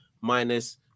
minus